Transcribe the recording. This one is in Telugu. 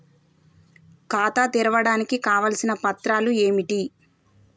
ఖాతా తెరవడానికి కావలసిన పత్రాలు ఏమిటి?